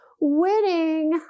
Winning